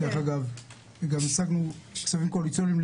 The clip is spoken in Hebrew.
גם השגנו כספים קואליציוניים,